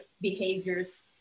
behaviors